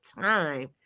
time